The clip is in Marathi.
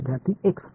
विद्यार्थी एक्स